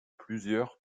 plusieurs